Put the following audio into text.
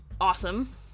awesome